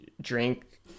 drink